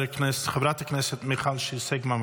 חברת הכנסת מיכל שיר סגמן,